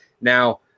now